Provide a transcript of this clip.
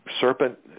serpent